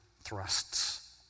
thrusts